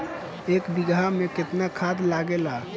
एक बिगहा में केतना खाद लागेला?